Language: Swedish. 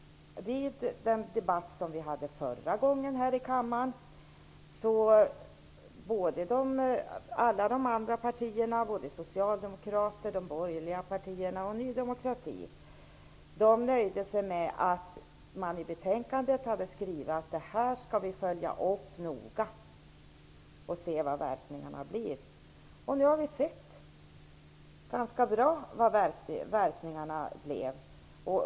Vid den debatt vi förde förra gången här i kammaren nöjde sig alla de andra partierna -- Socialdemokraterna, de borgerliga partierna och Ny demokrati -- med att utskottet i betänkandet hade skrivit att man skulle följa upp detta noga och se hur verkningarna blir. Nu har vi sett ganska bra hur verkningarna blev.